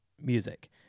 music